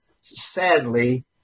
Sadly